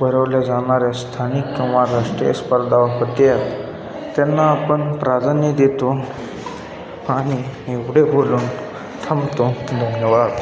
भरवल्या जाणाऱ्या स्थानिक किंवा राष्ट्रीय स्पर्धा होतात त्यांना आपण प्राधान्य देतो आणि एवढे बोलून थांबतो धन्यवाद